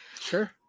sure